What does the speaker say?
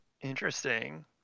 interesting